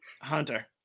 Hunter